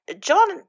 John